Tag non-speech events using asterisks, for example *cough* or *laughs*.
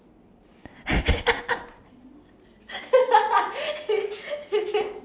*laughs*